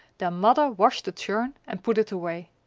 their mother washed the churn and put it away.